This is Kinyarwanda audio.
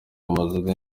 amazina